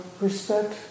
respect